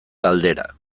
galdera